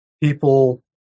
people